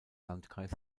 landkreis